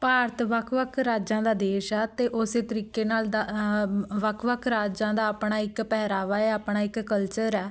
ਭਾਰਤ ਵੱਖ ਵੱਖ ਰਾਜਾਂ ਦਾ ਦੇਸ਼ ਆ ਅਤੇ ਉਸੇ ਤਰੀਕੇ ਨਾਲ ਦਾ ਵੱਖ ਵੱਖ ਰਾਜਾਂ ਦਾ ਆਪਣਾ ਇੱਕ ਪਹਿਰਾਵਾ ਹੈ ਆਪਣਾ ਇੱਕ ਕਲਚਰ ਹੈ